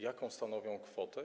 Jaką stanowią kwotę?